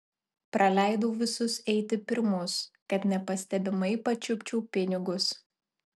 praleidau visus eiti pirmus kad nepastebimai pačiupčiau pinigus